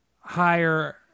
higher